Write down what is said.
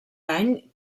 dany